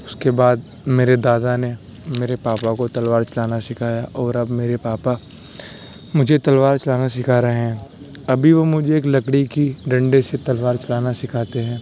اس کے بعد میرے دادا نے میرے پاپا کو تلوار چلانا سکھایا اور اب میرے پاپا مجھے تلوار چلانا سکھا رہے ہیں اب بھی وہ مجھے ایک لکڑی کی ڈنڈے سے تلوارچلانا سکھاتے ہیں